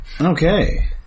Okay